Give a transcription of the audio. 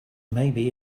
maybe